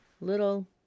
little